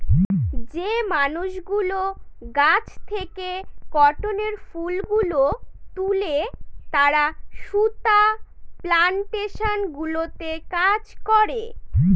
যে মানুষগুলো গাছ থেকে কটনের ফুল গুলো তুলে তারা সুতা প্লানটেশন গুলোতে কাজ করে